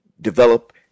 develop